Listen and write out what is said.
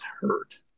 hurt